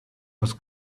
was